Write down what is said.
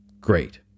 Great